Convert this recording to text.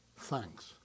thanks